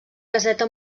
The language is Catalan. caseta